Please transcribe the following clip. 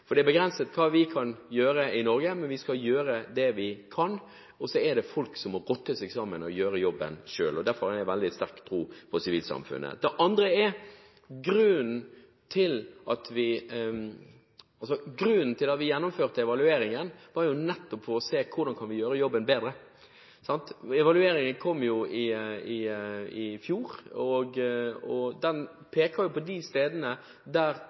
Det er begrenset hva vi i Norge kan gjøre, men vi skal gjøre det vi kan. Folk må rotte seg sammen og gjøre jobben selv. Derfor har jeg veldig sterk tro på sivilsamfunnet. Grunnen til at vi gjennomførte evalueringen, var for å se på hvordan vi kan gjøre jobben bedre. Evalueringen kom i fjor. Der pekes det på de stedene der dette har funket godt. Vår støtte har i mange land bidratt veldig tydelig til å bygge opp sterke brukerorganisasjoner og